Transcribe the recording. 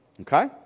Okay